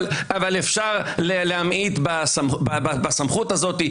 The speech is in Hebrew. אבל אפשר להמעיט בסמכות הזאת.